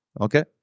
Okay